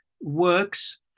works